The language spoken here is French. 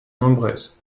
nombreuses